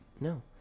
No